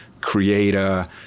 creator